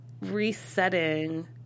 resetting